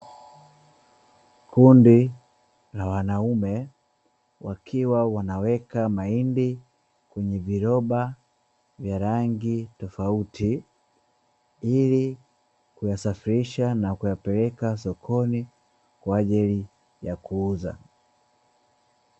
Kundi la wanaume wakiwa wanaweka mahindi kwenye viroba vya rangi tofauti, ili kuyasafirisha na kuyapeleka sokoni kwa ajili ya kuuza.